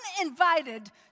uninvited